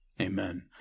Amen